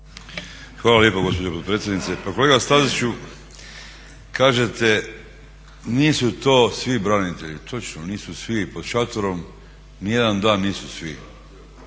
Hvala lijepo gospođo potpredsjednice. Pa kolega Staziću kažete nisu to svi branitelji, točno nisu svi pod šatorom, niti jedan dan nisu svi